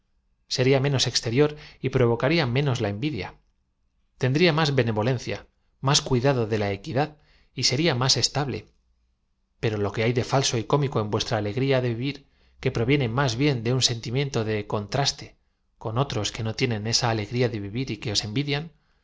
eria menos exterior y provocaría menos la envidia tendría más benevolencia más cuidado de la equidad y seria más estable pero lo que b a j de falso y cómico en vuestra alegría de v iv ir que proviene máa bien de un sentí miento de contraste con otros que no tienen eeta ale gria de